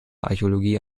archäologie